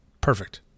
Perfect